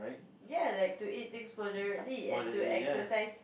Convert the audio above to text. ya like to eat things moderately and to exercise